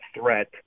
threat